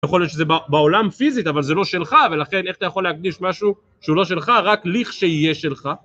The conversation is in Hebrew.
יכול להיות שזה בעולם פיזית אבל זה לא שלך ולכן איך אתה יכול להקדיש משהו שהוא לא שלך רק לכשיהיה שלך